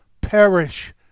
perish